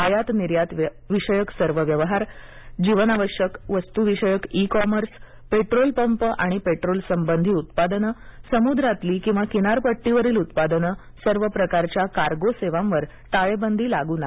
आयात निर्यात विषयक सर्व व्यवहार जीवनावश्यक वस्तूविषयक ई कॉमर्स पेट्रोल पंप आणि पेट्रोलसंबधी उत्पादनं समुद्रातली किंवा किनारपट्टीवरील उत्पादनं सर्व प्रकारच्या कार्गो सेवांवर टाळेबंदी लागू नाही